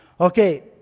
Okay